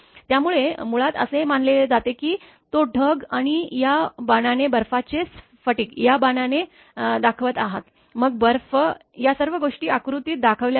त्यामुळे मुळात असे मानले जाते की तो ढग आहे आणि या बाणाने बर्फाचे स्फटिक या बाणाने दाखवत आहात मग बर्फ या सर्व गोष्टी आकृतीत दाखवल्या जातात